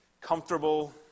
comfortable